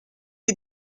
est